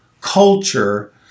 culture